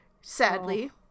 sadly